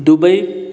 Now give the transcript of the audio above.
Dubai